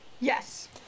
yes